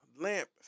Lamp